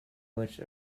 which